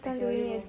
I can only roll